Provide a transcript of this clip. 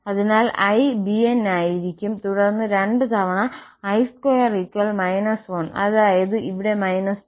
അതിനാൽ അത് ibn ആയിരിക്കും തുടർന്ന് 2 തവണ i2−1 അതായത് ഇവിടെ −2